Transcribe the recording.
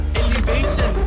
elevation